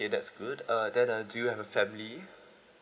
okay that's good uh then uh do you have a family